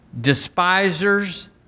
despisers